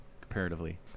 comparatively